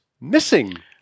missing